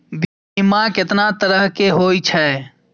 बीमा केतना तरह के हाई छै?